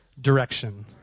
direction